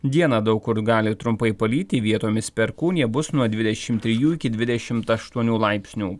dieną daug kur gali trumpai palyti vietomis perkūnija bus nuo dvidešimt trijų iki dvidešimt aštuonių laipsnių